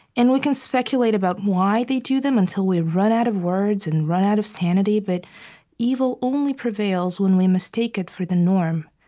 and we can speculate about why they do them until we run out of words and run out of sanity, but evil only prevails when we mistake it for the norm.